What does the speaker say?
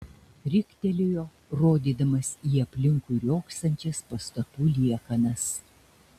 riktelėjo rodydamas į aplinkui riogsančias pastatų liekanas